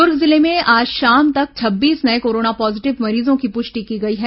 दुर्ग जिले में आज शाम तक छब्बीस नये कोरोना पॉजिटिव मरीजों की पुष्टि की गई है